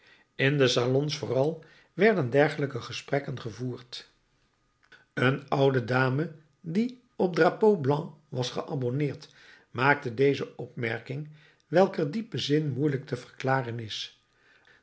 in de salons vooral werden dergelijke gesprekken gevoerd een oude dame die op de drapeau blanc was geabonneerd maakte deze opmerking welker diepe zin moeilijk te verklaren is